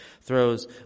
throws